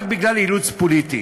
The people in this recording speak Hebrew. רק בגלל אילוץ פוליטי.